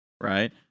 Right